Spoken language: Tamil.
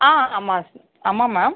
ஆ அ ஆமாம் ஸ் ஆமாம் மேம்